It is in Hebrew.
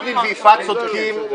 וקנין ויפעת צודקים.